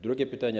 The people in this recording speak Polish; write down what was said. Drugie pytanie.